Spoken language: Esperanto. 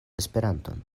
esperanton